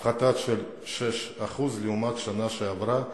הפחתה של 6% לעומת השנה שעברה,